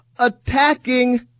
Attacking